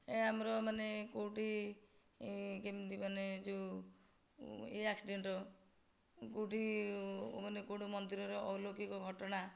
ଏ ଆମର ମାନେ କେଉଁଠି ଏ କେମିତି ମାନେ ଯେଉଁ ଏ ଆକ୍ସି୍ଡ଼େଣ୍ଟ୍ କେଉଁଠି ମାନେ କେଉଁଠି ମନ୍ଦିରର ଅଲୌକିକ ଘଟଣା